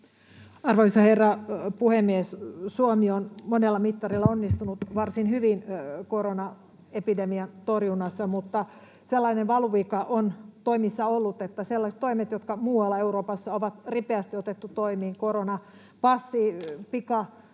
Arvoisa herra puhemies! Suomi on monella mittarilla onnistunut varsin hyvin koronaepidemian torjunnassa, mutta sellainen valuvika on toimissa ollut, että sellaisissa toimissa, jotka muualla Euroopassa on ripeästi otettu toimiin — koronapassi,